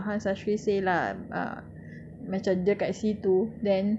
I thr~ three I remember ah jian cheng say lah ah